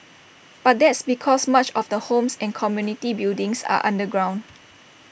but that's because much of the homes and community buildings are underground